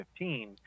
2015